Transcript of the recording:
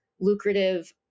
lucrative